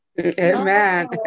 Amen